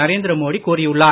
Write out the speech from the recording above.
நரேந்திர மோடி கூறியுள்ளார்